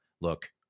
Look